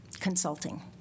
consulting